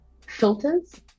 filters